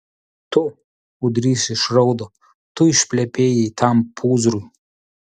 tu ūdrys išraudo tu išplepėjai tam pūzrui